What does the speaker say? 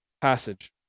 passage